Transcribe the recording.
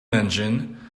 engine